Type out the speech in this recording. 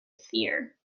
fear